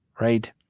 Right